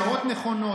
יש דעות נכונות.